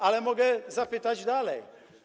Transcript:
Ale mogę zapytać dalej.